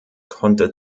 konnte